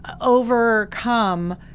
overcome